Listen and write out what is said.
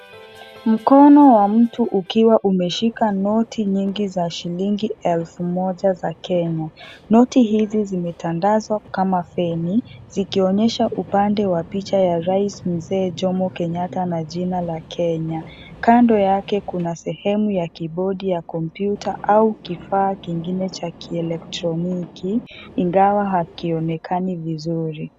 Mkono wa mtu ukiwa umeshika noti nyingi za shilingi elfu moja za Kenya noti hizi zimetandazwa kama peni zikionyesha upande wa picha ya rais Mzee Jomo Kenyatta na jina la Kenya kando yake kuna sehemu ya kibodi ya kompyuta au kifaa kingine ya kielektroniki ingawa hakionekani vizuri.